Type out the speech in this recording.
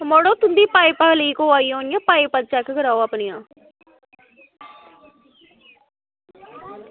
ते मड़ो तुं'दी पाइपां लीक होआ दियां होनियां पाइपां चेक कराओ अपनियां